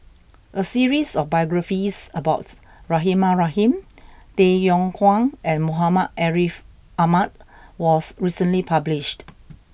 a series of biographies about Rahimah Rahim Tay Yong Kwang and Muhammad Ariff Ahmad was recently published